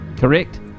correct